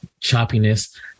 choppiness